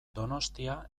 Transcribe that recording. donostia